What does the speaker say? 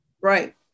right